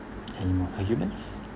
anymore arguments